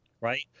Right